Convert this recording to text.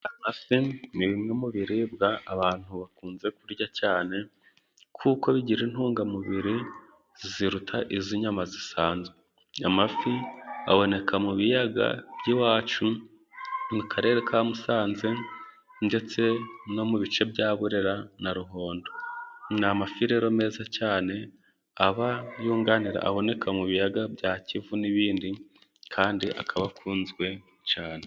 Amafi ni bimwe mu biribwa abantu bakunze kurya cyane, kuko bigira intungamubiri ziruta iz'inyama zisanzwe, amafi aboneka mu biyaga by'iwacu mu karere ka Musanze ndetse no mu bice bya Burera na Ruhondo. Ni amafi rero meza cyane aba yunganira aboneka mu biyaga bya Kivu n'ibindi, kandi akaba akunzwe cyane.